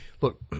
Look